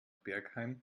bergheim